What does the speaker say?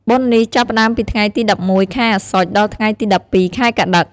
បុណ្យនេះចាប់ផ្ដើមពីថ្ងៃទី ១១ ខែអស្សុច ដល់ថ្ងៃទី១២ ខែកត្តិក ។